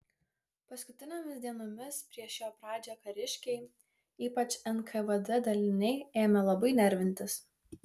paskutinėmis dienomis prieš jo pradžią kariškiai ypač nkvd daliniai ėmė labai nervintis